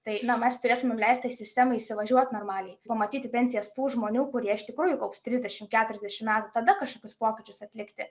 tai mes turėtumėm leist tai sistemai įsivažiuot normaliai pamatyti pensijas tų žmonių kurie iš tikrųjų kaups trisdešim keturiasdešim metų tada kažkokius pokyčius atlikti